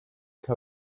coat